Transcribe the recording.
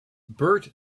bert